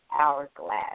hourglass